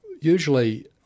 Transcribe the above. Usually